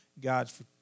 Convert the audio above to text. God's